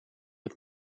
het